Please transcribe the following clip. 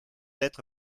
être